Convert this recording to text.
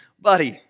buddy